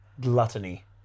Gluttony